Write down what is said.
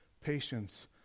patience